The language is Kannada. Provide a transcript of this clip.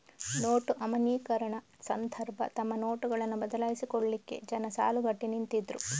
ನೋಟು ಅಮಾನ್ಯೀಕರಣ ಸಂದರ್ಭ ತಮ್ಮ ನೋಟುಗಳನ್ನ ಬದಲಾಯಿಸಿಕೊಳ್ಲಿಕ್ಕೆ ಜನ ಸಾಲುಗಟ್ಟಿ ನಿಂತಿದ್ರು